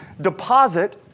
deposit